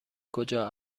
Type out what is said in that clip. کجا